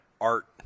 art